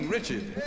Richard